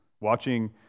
Watching